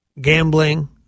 gambling